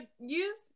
use